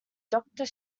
doctor